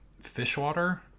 fishwater